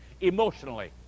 emotionally